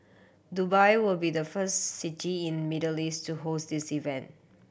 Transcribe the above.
Dubai will be the first city in Middle East to host this event